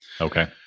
Okay